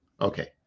Okay